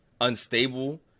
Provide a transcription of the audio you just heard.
unstable